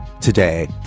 today